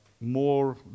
more